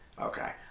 Okay